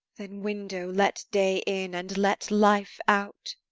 then, window, let day in, and let life out.